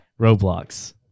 Roblox